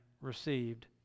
received